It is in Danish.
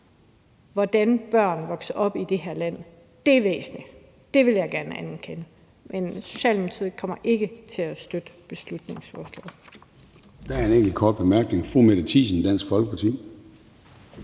hvordan børn vokser op i det her land, er væsentligt, og det vil jeg gerne anerkende. Men Socialdemokratiet kommer ikke til at støtte beslutningsforslaget.